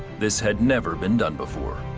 this had never been done before.